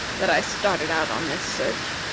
that i started out on this search.